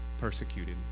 persecuted